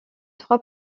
trois